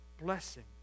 blessing